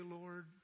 Lord